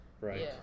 Right